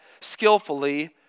skillfully